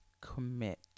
commit